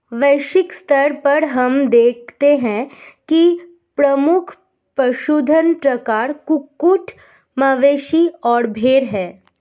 वैश्विक स्तर पर हम देखते हैं कि प्रमुख पशुधन प्रकार कुक्कुट, मवेशी और भेड़ हैं